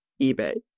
eBay